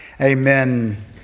Amen